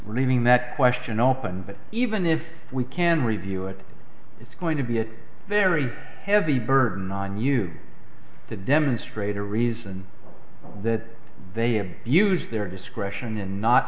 leaving that question open but even if we can review it it's going to be a very heavy burden on you to demonstrate a reason that they abused their discretion and not